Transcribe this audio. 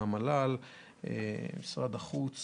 מהמל"ל ומשרד החוץ